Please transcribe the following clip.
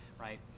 right